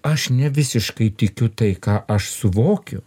aš nevisiškai tikiu tai ką aš suvokiu